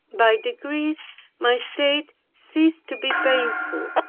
by degrees my state ceased to be painful.